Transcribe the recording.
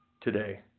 today